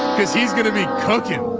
cause he's going to be cooking.